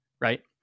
right